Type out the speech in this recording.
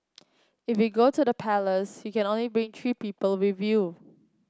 if you go to the palace you can only bring three people with you